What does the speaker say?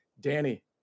danny